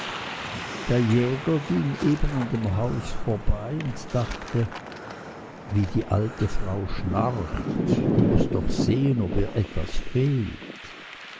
der jäger ging eben an dem haus vorbei und dachte wie die alte frau schnarcht du mußt doch sehen ob ihr etwas fehlt